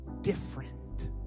different